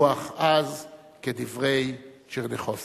רוח עז", כדברי טשרניחובסקי.